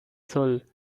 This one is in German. soll